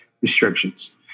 restrictions